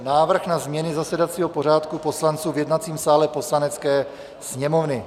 Návrh na změny zasedacího pořádku poslanců v jednacím sále Poslanecké sněmovny